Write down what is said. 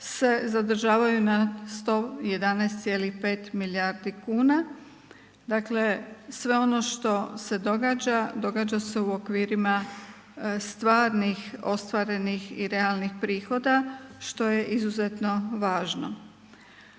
se zadržavaju na 111,5 milijardi kuna. Dakle sve ono što se događa događa se u okvirima stvarnih ostvarenih i realnih prihoda što je izuzetno važno.